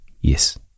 Yes